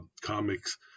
comics